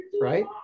Right